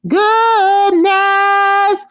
goodness